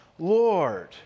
Lord